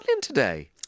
today